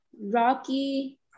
Rocky